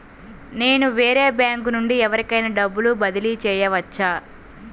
నేను వేరే బ్యాంకు నుండి ఎవరికైనా డబ్బు బదిలీ చేయవచ్చా?